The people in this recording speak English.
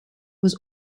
was